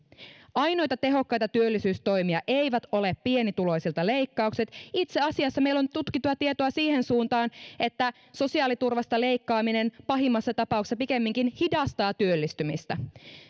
ainoita tehokkaita työllisyystoimia eivät ole pienituloisilta leikkaukset itse asiassa meillä on tutkittua tietoa siihen suuntaan että sosiaaliturvasta leikkaaminen pahimmassa tapauksessa pikemminkin hidastaa työllistymistä